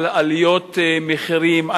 על עליות מחירים,